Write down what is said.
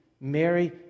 Mary